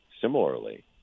similarly